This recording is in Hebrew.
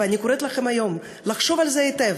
ואני קוראת לכם היום לחשוב על זה היטב,